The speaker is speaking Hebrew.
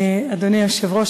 אדוני היושב-ראש,